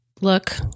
look